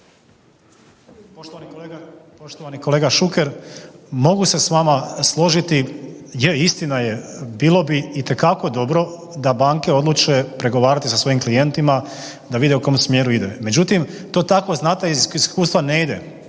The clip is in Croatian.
Poštovani kolega Šuker, mogu se s vama složiti, je istina je bilo bi itekako dobro da banke odluče pregovarati sa svojim klijentima, da vide u kom smjeru ide. Međutim, to tako znate iz iskustva ne ide,